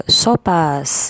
sopas